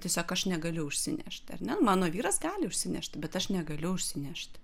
tiesiog aš negaliu užsinešt ar ne mano vyras gali išsinešt bet aš negaliu užsinešt